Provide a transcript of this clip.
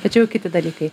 tačiau kiti dalykai